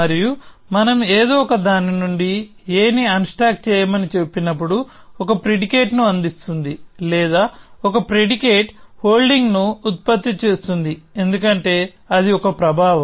మరియు మనం ఏదో ఒక దాని నుండి a ని అన్స్టాక్ చేయమని చెప్పినప్పుడు ఒక ప్రిడికేట్ ను అందిస్తుంది లేదా ఒక ప్రిడికేట్ హోల్డింగ్ ను ఉత్పత్తి చేస్తోంది ఎందుకంటే అది ఒక ప్రభావం